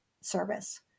service